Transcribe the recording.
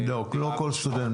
לא כל סטודנט.